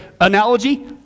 analogy